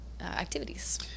activities